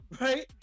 right